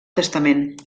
testament